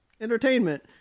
entertainment